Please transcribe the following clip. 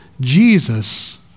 Jesus